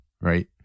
right